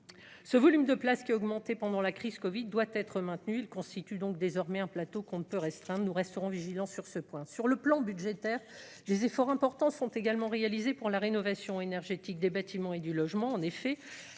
Ce volume de places qui est augmenté pendant la crise Covid doit être maintenu, il constitue donc désormais un plateau qu'on ne peut restreindre, nous resterons vigilants sur ce point, sur le plan budgétaire des efforts importants sont également réalisés pour la rénovation énergétique des bâtiments et du logement,